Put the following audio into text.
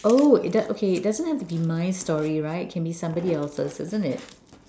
oh it doesn't okay it doesn't have to be my story right can be somebody else's isn't it